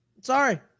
Sorry